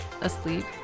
asleep